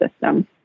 system